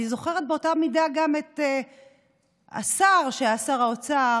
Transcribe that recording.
אני זוכרת באותה מידה גם את השר שהיה שר האוצר,